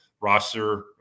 roster